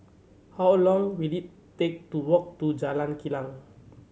how long will it take to walk to Jalan Kilang